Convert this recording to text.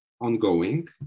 ongoing